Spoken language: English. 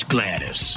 Gladys